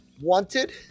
wanted